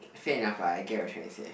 fair enough lah I get what you trying to say